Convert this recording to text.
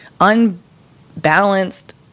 unbalanced